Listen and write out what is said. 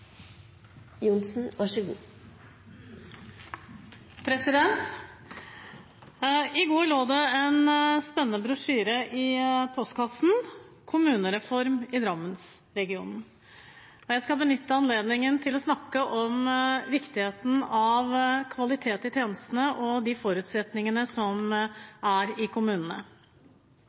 I går lå det en spennende brosjyre i postkassen – kommunereform i Drammensregionen – og jeg skal benytte anledningen til å snakke om viktigheten av kvalitet i tjenesten og de forutsetningene som